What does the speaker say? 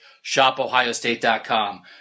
ShopOhioState.com